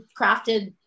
crafted